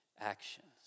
actions